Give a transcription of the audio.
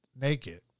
naked